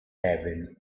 heaven